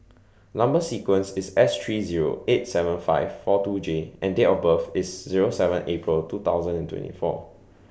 Number sequence IS S three Zero eight seven five four two J and Date of birth IS Zero seven April two thousand and twenty four